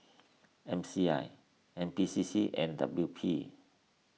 M C I N P C C and W P